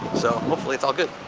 so hopefully it's all good.